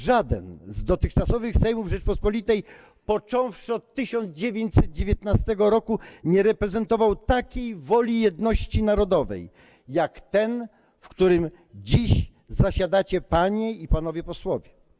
Żaden z dotychczasowych sejmów Rzeczypospolitej, począwszy od 1919 r., nie reprezentował takiej woli jedności narodowej jak ten, w którym dziś zasiadacie panie i panowie posłowie.